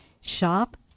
Shop